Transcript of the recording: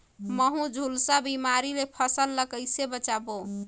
महू, झुलसा बिमारी ले फसल ल कइसे बचाबो?